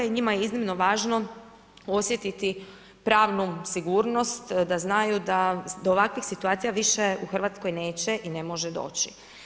I njima je iznimno važno osjetiti pravnu sigurnost, da znaju da do ovakvih situacija više u Hrvatskoj neće i ne može doći.